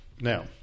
now